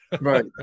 right